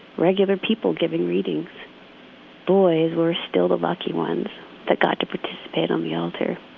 regular people giving readings boys were still the lucky ones that got to participate on the altar.